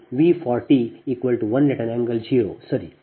14 ಮತ್ತು ಇದು V 40 1∠0 ಸರಿ